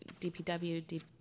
DPW